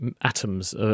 atoms